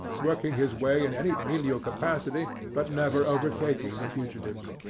working his way in any menial capacity, but never overtaking the fugitives.